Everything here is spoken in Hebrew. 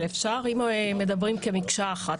אבל אפשר אם מדברים כמקשה אחת,